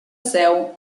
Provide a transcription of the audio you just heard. seu